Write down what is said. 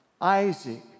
Isaac